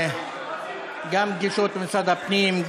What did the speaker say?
גם פגישות במשרד הפנים,